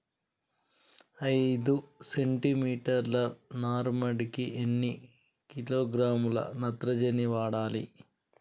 ఐదు సెంటిమీటర్ల నారుమడికి ఎన్ని కిలోగ్రాముల నత్రజని వాడాలి?